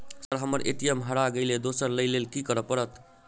Sir हम्मर ATM हरा गइलए दोसर लईलैल की करऽ परतै?